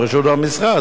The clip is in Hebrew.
הרשות והמשרד.